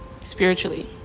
spiritually